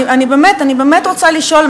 אני באמת רוצה לשאול,